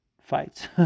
fights